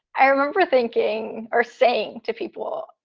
i remember thinking or saying to people,